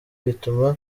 bituma